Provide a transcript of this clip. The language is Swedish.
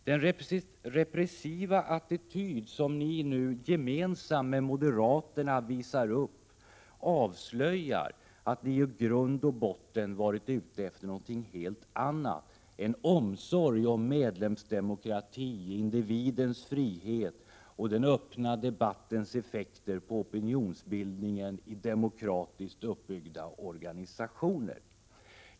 Den repressiva attityd som ni nu gemensamt med moderaterna visar upp avslöjar att ni i grund och botten har varit ute efter något helt annat än omsorgen om medlemsdemokrati, individens frihet och den öppna debattens effekter på opinionsbildningen i demokratiskt uppbyggda organisationer.